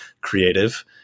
creative